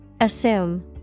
Assume